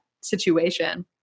situation